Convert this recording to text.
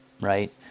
right